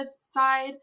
side